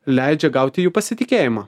leidžia gauti jų pasitikėjimą